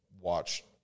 watch